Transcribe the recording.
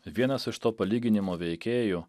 vienas iš to palyginimo veikėjų